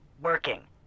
Working